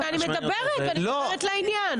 אני מדברת, ואני מדברת לעניין.